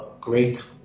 great